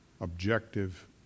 objective